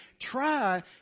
try